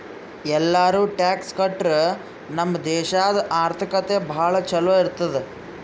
ಎಲ್ಲಾರೂ ಟ್ಯಾಕ್ಸ್ ಕಟ್ಟುರ್ ನಮ್ ದೇಶಾದು ಆರ್ಥಿಕತೆ ಭಾಳ ಛಲೋ ಇರ್ತುದ್